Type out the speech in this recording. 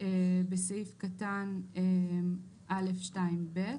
בסעיף קטן (א)(2)(ב),